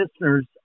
listeners